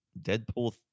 deadpool